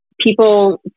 people